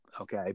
Okay